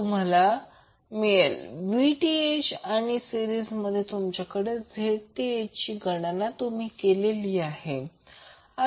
तर तुम्हाला मिळेल Vth आणि सिरिसमध्ये तुमच्याकडे Zth जे तुम्ही गणना केली आहे